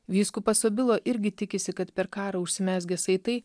vyskupas obilo irgi tikisi kad per karą užsimezgę saitai